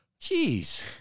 Jeez